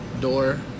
door